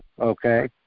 okay